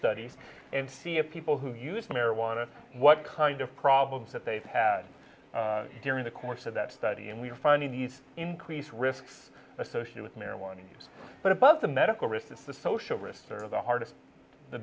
studies and see if people who use marijuana what kind of problems that they've had during the course of that study and we're finding these increased risks associated with marijuana use but above the medical risk is the social risks are the hardest the